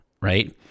right